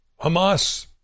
Hamas